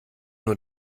nur